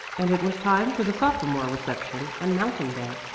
and it was time for the sophomore reception and mountain day.